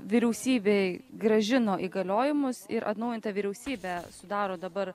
vyriausybei grąžino įgaliojimus ir atnaujintą vyriausybę sudaro dabar